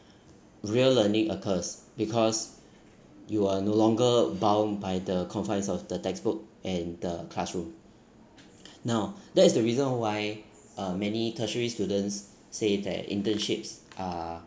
real learning occurs because you are no longer bound by the confines of the textbook and the classroom now that is the reason why uh many tertiary students say their internships are